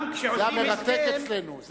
זה המרתק אצלנו.